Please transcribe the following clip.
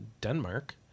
Denmark